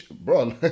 Bro